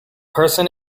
person